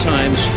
Times